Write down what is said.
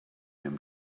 him